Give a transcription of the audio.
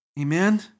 Amen